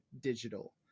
digital